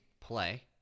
play